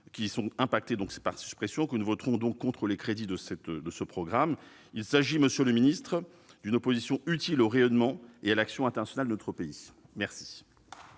qui sont impactés par ces suppressions, que nous voterons contre les crédits de ce programme. Il s'agit d'une opposition utile au rayonnement et à l'action internationale de notre pays. La